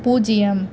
பூஜ்ஜியம்